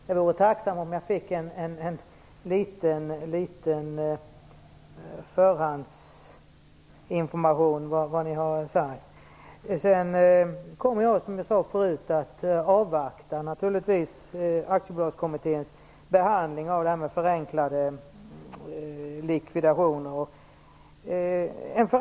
Jag vore därför tacksam om jag kunde få litet förhandsinformation om vad ni har sagt. Som jag sade förut kommer jag att avvakta Aktiebolagskommitténs behandling av frågan om förenklade likvidationer.